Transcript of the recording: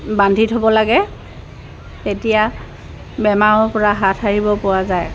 বান্ধি থ'ব লাগে তেতিয়া বেমাৰৰ পৰা হাত সাৰিব পোৱা যায়